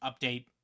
update